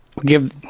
Give